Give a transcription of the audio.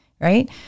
right